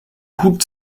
hut